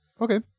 Okay